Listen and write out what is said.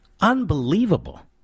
Unbelievable